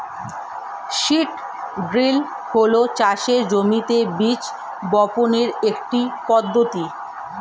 seed drill হল চাষের জমিতে বীজ বপনের একটি পদ্ধতি